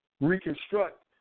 Reconstruct